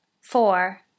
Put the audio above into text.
four